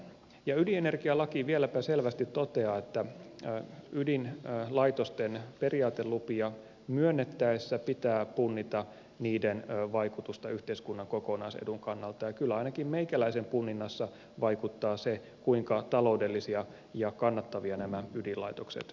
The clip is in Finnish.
ja ydinenergialaki vieläpä selvästi toteaa että ydinlaitosten periaatelupia myönnettäessä pitää punnita niiden vaikutusta yhteiskunnan kokonaisedun kannalta ja kyllä ainakin meikäläisen punninnassa vaikuttaa se kuinka taloudellisia ja kannattavia nämä ydinlaitokset ovat